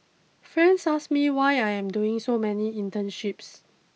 friends ask me why I am doing so many internships